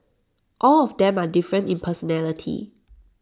all of them are different in personality